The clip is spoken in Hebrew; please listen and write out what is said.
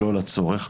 שלא לצורך,